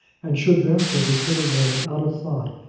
and should therefore be put away out of thought,